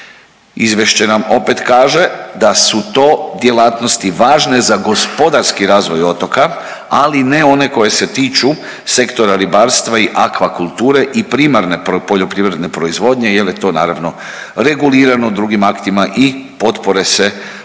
Izvješće nam opet kaže da su to djelatnosti važne za gospodarski razvoj otoka, ali ne i one koje se tiču sektora ribarstva i akvakulture i primarne poljoprivredne proizvodnje jer je to naravno regulirano drugim aktima i potpore se u tom